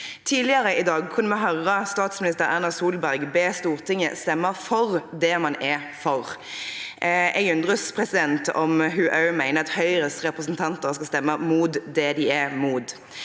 Tidligere i dag kunne vi høre statsminister Erna Solberg be Stortinget stemme for det man er for. Jeg undres på om hun også mener at Høyres representanter skal stemme mot det de er mot.